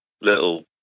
little